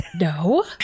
No